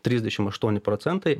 trisdešim aštuoni procentai